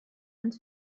and